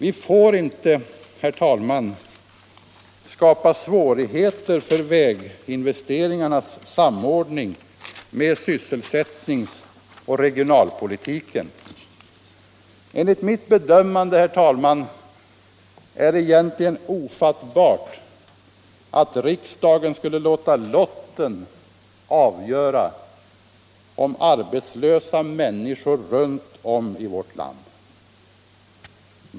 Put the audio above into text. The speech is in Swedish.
Vi får inte skapa svårigheter för väginvesteringarnas samordning med sysselsättningsoch regionalpolitiken. Enligt mitt bedömande, herr talman, är det egentligen ofattbart att riksdagen skulle låta lotten avgöra om arbetslösa människor runtom i vårt land skall få sysselsättning.